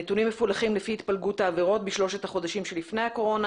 נתונים מפולחים לפי התפלגות העבירות בשלושת החודשים שלפני הקורונה,